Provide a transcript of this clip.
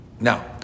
now